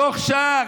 תוך שעה,